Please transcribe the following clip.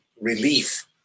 relief